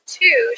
two